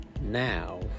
Now